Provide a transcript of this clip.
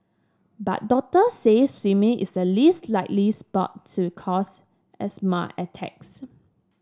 but doctors say swimming is the least likely sport to cause asthma attacks